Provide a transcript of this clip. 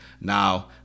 Now